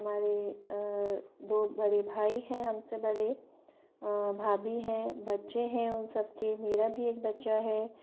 हमारे दो बड़े भाई हैं हमसे बड़े और भाभी हैं बच्चे हैं उन सबके मेरा भी एक बच्चा है